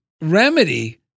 remedy